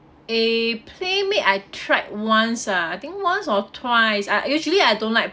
eh Playmade I tried once ah I think once or twice I usually I don't like